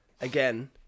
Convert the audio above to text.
again